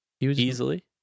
Easily